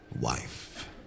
wife